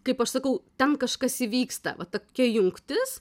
kaip aš sakau ten kažkas įvyksta va tokia jungtis